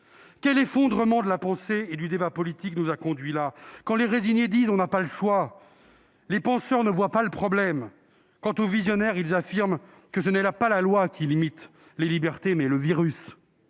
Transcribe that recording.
Quel effondrement de la pensée et du débat politiques nous a conduits là ? Les résignés disent :« On n'a pas le choix !»; les penseurs ne voient pas le problème ; quant aux visionnaires, ils affirment que c'est non pas la loi qui limite les libertés, mais le virus